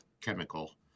chemical